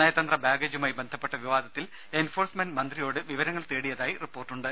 നയതന്ത്ര ബാഗേജുമായി ബന്ധപ്പെട്ട വിവാദത്തിൽ എൻഫോഴ്സ്മെന്റ് മന്ത്രിയോട് വിവരങ്ങൾ തേടിയതായി റിപ്പോർട്ടുണ്ട്